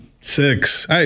Six